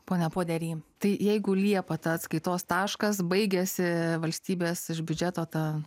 pone podery tai jeigu liepą tą atskaitos taškas baigiasi valstybės iš biudžeto ta